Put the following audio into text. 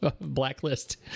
blacklist